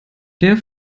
der